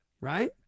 Right